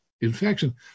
infection